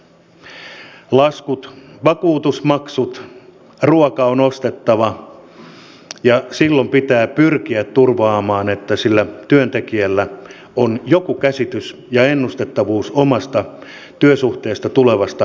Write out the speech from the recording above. laskut vakuutusmaksut ruoka on ostettava ja silloin pitää pyrkiä turvaamaan että sillä työntekijällä on joku käsitys ja ennustettavuus omasta työsuhteesta tulevasta palkasta